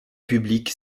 publique